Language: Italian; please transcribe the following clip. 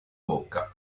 bocca